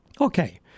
Okay